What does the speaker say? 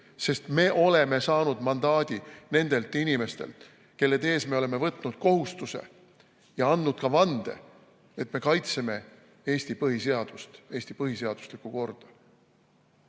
sest me oleme saanud mandaadi nendelt inimestelt, kelle ees me oleme võtnud kohustuse, ja andnud ka vande, et me kaitseme Eesti põhiseadust, Eesti põhiseaduslikku korda.